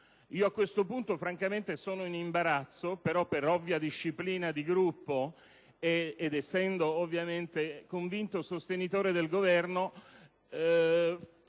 A questo punto, francamente sono in imbarazzo, ma per disciplina di Gruppo ed essendo ovviamente convinto sostenitore del Governo,